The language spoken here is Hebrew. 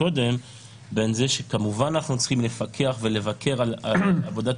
בין זה שכמובן אנחנו צריכים לפקח ולבקר על עבודת